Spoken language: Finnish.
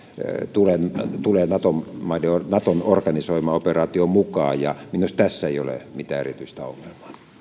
tulee tulee naton organisoimaan operaatioon mukaan ja minusta tässä ei ole mitään erityistä ongelmaa